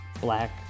black